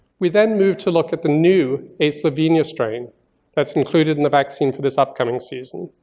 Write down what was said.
we then move to look at the new a slovenia strain that's included in the vaccine for this upcoming season.